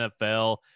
NFL